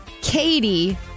Katie